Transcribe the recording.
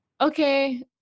Okay